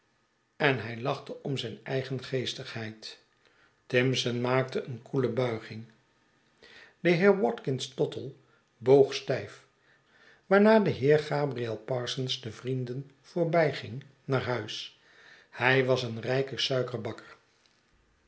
en hij lachte om zijn eigen geestigheid tirnson maakte een koele buiging de heer watkins tottle boog stijf waarna de heer gabriel parsons de vrienden voorging naar huis hij was een rijke suikerbakker